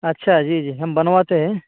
اچھا جی جی ہم بنواتے ہیں